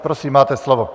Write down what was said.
Prosím, máte slovo.